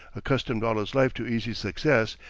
accustomed all his life to easy success,